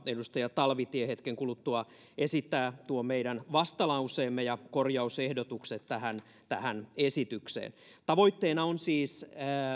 edustaja talvitie hetken kuluttua esittää tuon meidän vastalauseemme ja korjausehdotuksemme tähän tähän esitykseen tavoitteena on siis